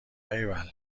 ایول